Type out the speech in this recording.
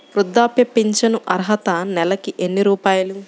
వృద్ధాప్య ఫింఛను అర్హత నెలకి ఎన్ని రూపాయలు?